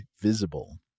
Visible